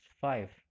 five